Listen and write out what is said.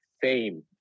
fame